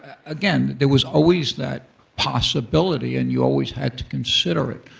again, there was always that possibility and you always had to consider it,